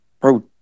Bro